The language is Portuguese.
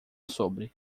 sobre